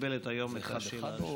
מקבלת היום את השאלה הראשונה.